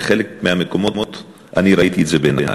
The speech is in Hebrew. ובחלק מהמקומות אני ראיתי את זה בעיני.